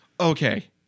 Okay